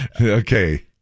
Okay